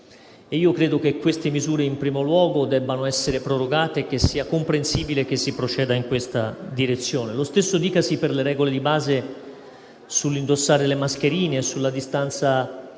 Credo che queste misure in primo luogo debbano essere prorogate e che sia comprensibile che si proceda in questa direzione. Lo stesso dicasi per le regole di base sull'indossare le mascherine, sulla distanza di